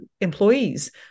employees